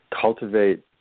cultivate